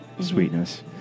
sweetness